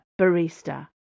barista